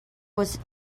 was